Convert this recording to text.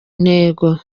ntego